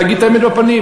להגיד את האמת בפנים.